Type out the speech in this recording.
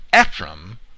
Ephraim